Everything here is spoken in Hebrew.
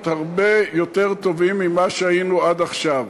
הרבה יותר טובים ממה שהיינו עד עכשיו.